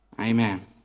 Amen